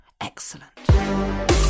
excellent